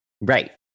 Right